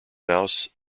mouse